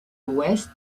ouest